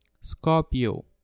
scorpio